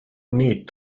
need